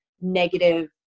negative